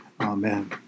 Amen